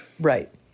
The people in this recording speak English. Right